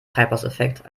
treibhauseffekt